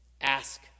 Ask